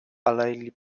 alei